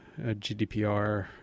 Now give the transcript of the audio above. GDPR